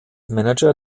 manager